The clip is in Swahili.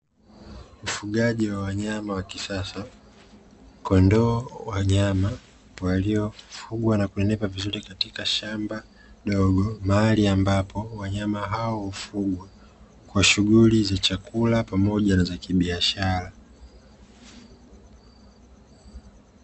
Ufugaji wa wanyama wa kisasa. Kondoo wa nyama waliofugwa na kunenepa vizuri katika shamba dogo, mahali ambapo wanyama hao hufugwa kwa shughuli za chakula pamoja na za kibiashara.